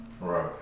Right